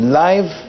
live